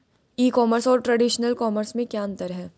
ई commerce और traditional commerce में क्या अंतर है?